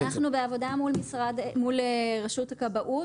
אז אנחנו בעבודה מול רשות הכבאות.